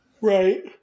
Right